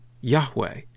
Yahweh